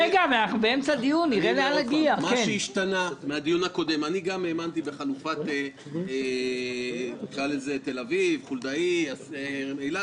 אני גם האמנתי בחלופה שנקרא לה: תל אביב-חולדאי-אילת.